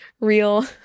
real